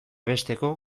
besteko